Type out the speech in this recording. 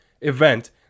event